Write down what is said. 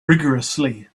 rigourously